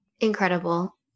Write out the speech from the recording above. incredible